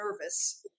nervous